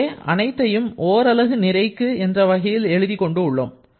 இங்கே அனைத்தையும் ஓரலகு நிறைக்கு என்ற வகையில் எழுதிக் கொண்டு உள்ளோம்